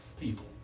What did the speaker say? people